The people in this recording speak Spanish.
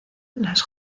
las